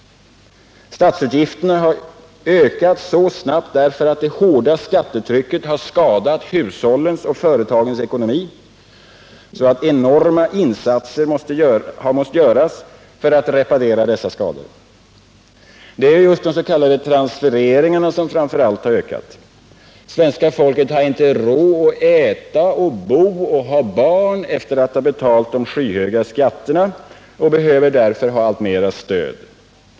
Statsutgifterna har ökat så snabbt därför att det hårda skattetrycket har skadat hushållens och företagens ekonomi, och enorma insatser har måst göras för att reparera dessa skador. Framför allt har de så kallade transfereringarna ökat. Svenska folket har inte råd att äta, bo och ha barn efter att ha betalt de skyhöga skatterna och behöver därför ha alltmera stöd.